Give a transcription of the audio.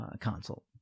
consult